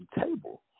table